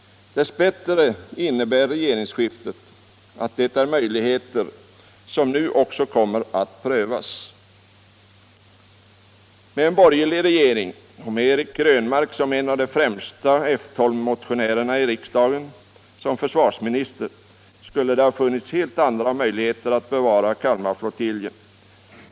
Dess bättre innebär re geringsskiftet att det är möjligheter som nu också kommer att prövas. Med en borgerlig regering och med Eric Krönmark, en av de främsta F 12-motionärerna i riksdagen, som försvarsminister skulle det ha funnits helt andra möjligheter att bevara Kalmar-flottiljen.